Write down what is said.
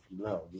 no